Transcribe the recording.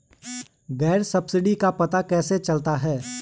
Gas subsidy का पता कैसे चलता है?